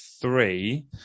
three